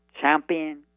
champion